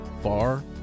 far